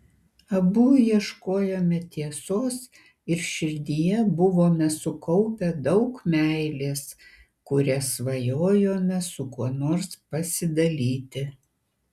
abu ieškojome tiesos ir širdyje buvome sukaupę daug meilės kuria svajojome su kuo nors pasidalyti